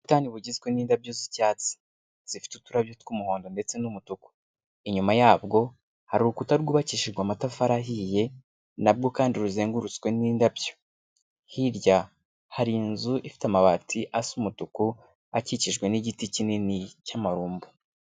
Ubusitani bugizwe n'indabyo z'icyatsi zifite uturabyo tw'umuhondo ndetse n'umutuku, inyuma yabwo, hari urukuta rwubakishijwe amatafari ahiye na bwo kandi ruzengurutswe n'indabyo, hirya hari inzu ifite amabati asa umutuku akikijwe n'igiti kinini cy'amarumbo.